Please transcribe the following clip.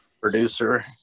producer